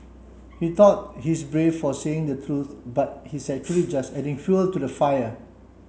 he thought he's brave for saying the truth but he's actually just adding fuel to the fire